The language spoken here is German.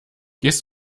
gehst